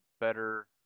better